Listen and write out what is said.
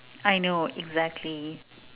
I know exactly